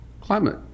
climate